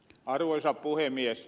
arvoisa puhemies